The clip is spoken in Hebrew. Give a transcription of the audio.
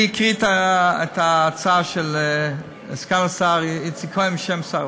אני אקריא את התשובה של סגן השר איציק כהן בשם שר